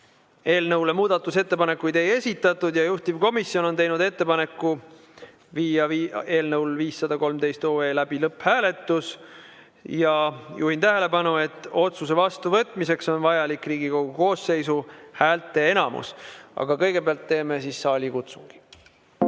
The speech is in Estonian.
Eelnõu kohta muudatusettepanekuid ei esitatud ja juhtivkomisjon on teinud ettepaneku viia läbi eelnõu 513 lõpphääletus. Juhin tähelepanu, et otsuse vastuvõtmiseks on vajalik Riigikogu koosseisu häälteenamus. Aga kõigepealt teeme saalikutsungi.